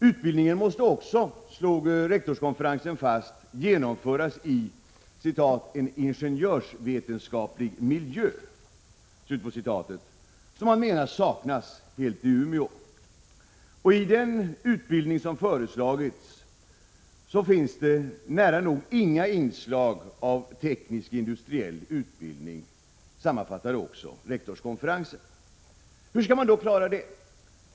Utbildningen måste också, slog rektorskonferensen fast, genomföras i en ”ingenjörsveten skaplig miljö”, som man menar helt saknas i Umeå. I den utbildning som föreslagits finns det nära nog inga inslag av teknisk-industriell utbildning, sammanfattade också rektorskonferensen. Hur skall man då klara detta?